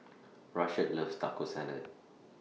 Rashad loves Taco Salad